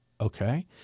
okay